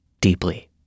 deeply